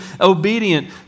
obedient